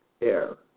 air